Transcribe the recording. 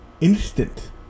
instant